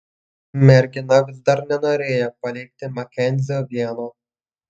mergina vis dar nenorėjo palikti makenzio vieno